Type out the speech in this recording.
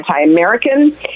anti-American